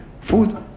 food